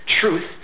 truth